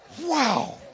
wow